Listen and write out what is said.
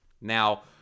now